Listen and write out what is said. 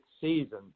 season